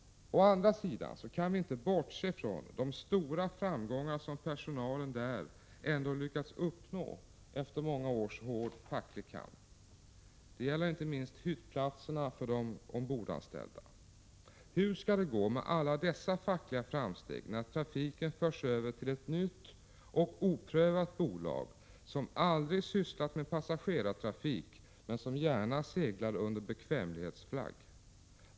Å andra sidan kan vi inte bortse från de stora framgångar som personalen där lyckats uppnå efter många års hård facklig kamp. Det gäller inte minst hyttplatserna för de ombordanställda. Hur skall det gå med alla dessa fackliga framsteg när trafiken förs över till ett nytt och oprövat bolag, som aldrig har sysslat med passagerartrafik men som gärna seglar under bekvämlighetsflagg?